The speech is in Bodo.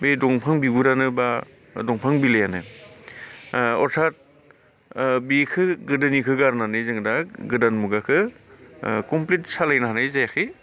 बे दंफां बिगुरानो बा दंफां बिलाइयानो अरथाथ बेखौ गोदोनिखौ गारनानै जोङो दा गोदान मुगाखौ कमप्लित सालायनो हानाय जायाखै